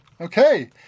Okay